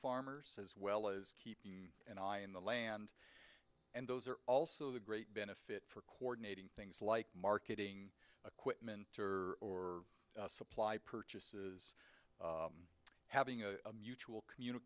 farmers as well as keeping an eye in the land and those are also the great benefit for coordinating things like marketing a quick mentor or supply purchases having a mutual communal